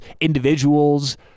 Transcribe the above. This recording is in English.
individuals